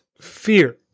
fear